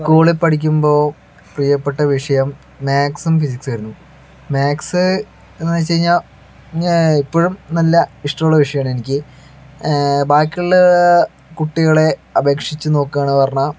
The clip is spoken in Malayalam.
സ്കൂളിൽ പഠിക്കുമ്പോൾ പ്രിയപ്പെട്ട വിഷയം മാക്സും ഫിസിക്സും ആയിരുന്നു മാക്സ് എന്ന് വെച്ച് കഴിഞ്ഞാൽ ഞാൻ എപ്പോഴും നല്ല ഇഷ്ട്ടമുള്ള വിഷയമാണ് എനിക്ക് ബാക്കിയുള്ള കുട്ടികളെ അപേക്ഷിച്ച് നോക്കുവാണ് എന്ന് പറഞ്ഞാൽ